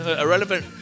irrelevant